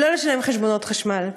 לא לשלם חשבונות חשמל.